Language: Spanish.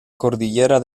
cordillera